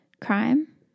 Crime